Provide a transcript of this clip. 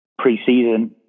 preseason